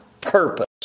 purpose